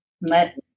Let